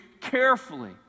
carefully